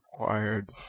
required